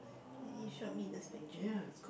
you you showed me this picture